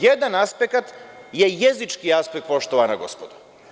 Jedan aspekat je jezički aspekat, poštovana gospodo.